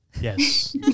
Yes